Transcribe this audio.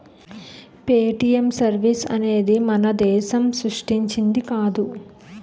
Paytm service అనేది మన దేశం సృష్టించింది కాదు